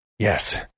Yes